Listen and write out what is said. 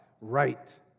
Right